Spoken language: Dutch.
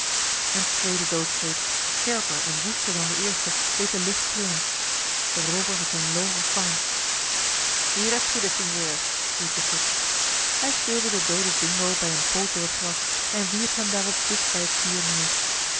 een tweede doodskreet scherper en woester dan de eerste deed de lucht trillen de roover had zijn loon ontvangen hier heb je den sinjeur riep de gids hij sleurde den dooden dingo bij een poot door het gras en wierp hem daarop dicht bij het vuur neer